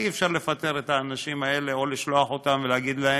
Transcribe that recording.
הרי אי-אפשר לפטר את האנשים האלה או לשלוח אותם ולהגיד להם: